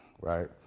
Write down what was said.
right